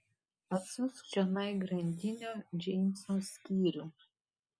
atsiųsk čionai grandinio džeimso skyrių